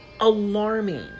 alarming